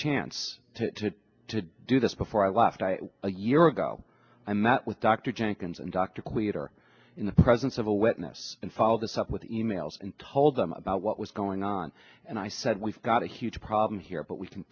chance to do this before i left i a year ago i met with dr jenkins and dr leader in the presence of a witness and follow this up with e mails and told them about what was going on and i said we've got a huge problem here but we can